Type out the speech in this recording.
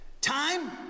Time